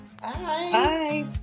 Bye